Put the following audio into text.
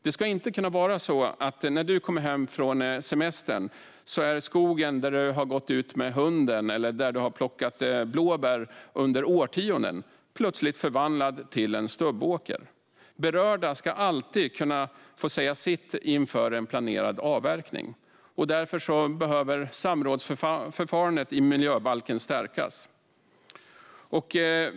Det ska inte kunna vara så att när du kommer hem från semestern är skogen, där du har gått ut med hunden eller där du har plockat blåbär under årtionden, plötsligt förvandlad till en stubbåker. Berörda ska alltid kunna få säga sitt inför en planerad avverkning. Därför behöver samrådsförfarandet i miljöbalken stärkas.